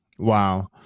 wow